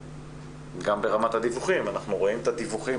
גם ברמת הדיווחים אנחנו רואים את הדיווחים